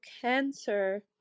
cancer